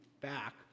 back